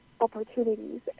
opportunities